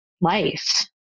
life